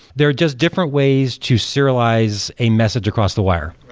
there are just different ways to serialize a message across the wire,